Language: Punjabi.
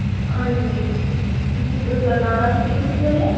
ਹਾਂਜੀ ਕਿੱਧਰ ਲਗਾਉਣਾ ਤੁਸੀਂ ਕਿੱਥੇ ਜੇ